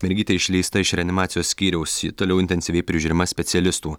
mergytė išleista iš reanimacijos skyriaus ji toliau intensyviai prižiūrima specialistų